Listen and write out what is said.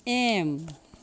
M